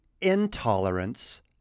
intolerance